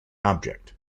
object